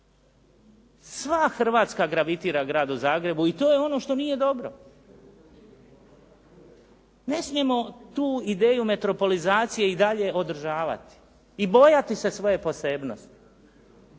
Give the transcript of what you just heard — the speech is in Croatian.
Sva Hrvatska gravitira Gradu Zagrebu i to je ono što nije dobro. Ne smijemo tu ideju metropolizacije i dalje održavati i bojati se svoje posebnosti.